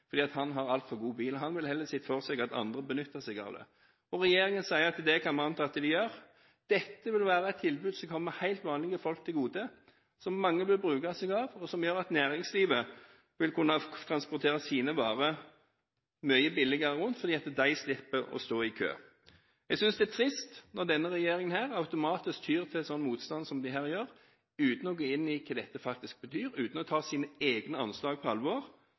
Han har altfor god bil. Han ville heller se for seg at andre benyttet seg av det. Regjeringen sier at man kan anta at de rike vil gjøre det, men dette vil være et tilbud som kommer helt vanlige folk til gode. Mange vil benytte seg av det, og det vil føre til at næringslivet vil kunne transportere sine varer mye billigere rundt fordi bilene deres slipper å stå i kø. Jeg synes det er trist når denne regjeringen automatisk tyr til en sånn motstand som de her gjør, uten å gå inn i hva dette faktisk betyr og uten å ta sine egne anslag på alvor,